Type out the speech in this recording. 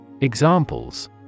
Examples